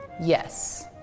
Yes